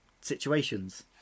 situations